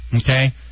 Okay